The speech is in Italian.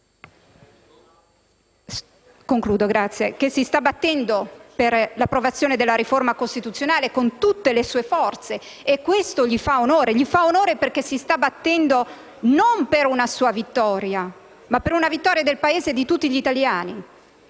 Renzi, che si sta battendo per l'approvazione della riforma costituzionale con tutte le sue forze (e ciò gli fa onore perché si sta battendo non per una sua vittoria ma per una vittoria del Paese e di tutti gli italiani).